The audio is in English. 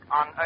on